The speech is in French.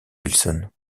wilson